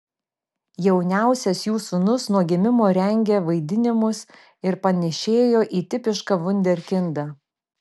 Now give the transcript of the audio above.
jauniausias jų sūnus nuo gimimo rengė vaidinimus ir panėšėjo į tipišką vunderkindą